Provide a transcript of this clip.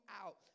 out